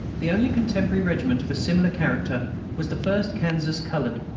the only contemporary regiment of a similar character was the first kansas colored,